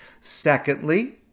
Secondly